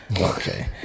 Okay